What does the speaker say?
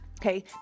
Okay